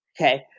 Okay